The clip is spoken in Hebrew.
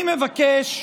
אני מבקש,